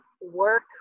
work